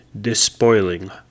Despoiling